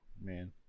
man